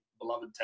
beloved